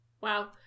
Wow